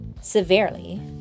severely